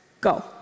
go